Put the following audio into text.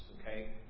okay